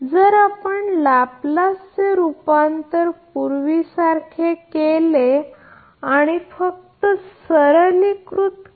जर आपण लॅप्लेस चे रूपांतर पूर्वीसारखे केले आणि फक्त सरलीकृत केले तर बरोबर